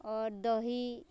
आओर दही